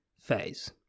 phase